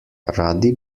radi